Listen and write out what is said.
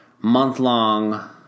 month-long